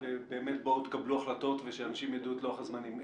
באמת בואו תקבלו החלטות ושאנשים ידעו את לוח הזמנים.